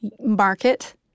market